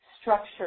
structured –